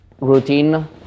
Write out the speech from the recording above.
routine